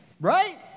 Right